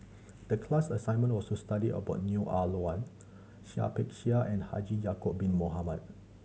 the class assignment was to study about Neo Ah Luan Seah Peck Seah and Haji Ya'acob Bin Mohamed